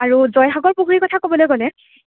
আৰু জয়সাগৰ পুখুৰীৰ কথা ক'বলৈ গ'লে